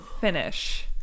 finish